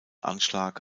anschlag